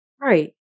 Right